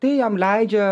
tai jam leidžia